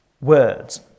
words